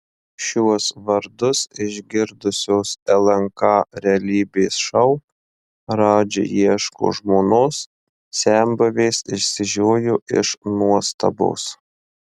šiuos vardus išgirdusios lnk realybės šou radži ieško žmonos senbuvės išsižiojo iš nuostabos